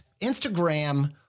Instagram